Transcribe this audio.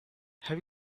have